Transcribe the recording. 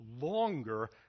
longer